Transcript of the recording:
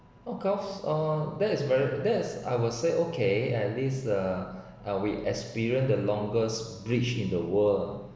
of course uh that's very that's I will say okay at least uh I’ve experience the longest bridge in the world